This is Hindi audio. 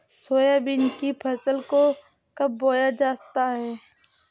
सोयाबीन की फसल को कब बोया जाता है?